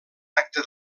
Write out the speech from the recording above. acte